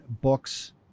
books